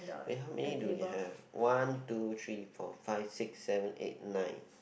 eh how many do we have one two three four five six seven eight nine